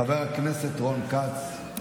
חבר הכנסת רון כץ,